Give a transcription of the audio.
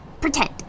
Pretend